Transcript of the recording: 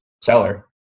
seller